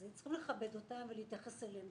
אז צריכים לכבד אותם ולהתייחס אליהם.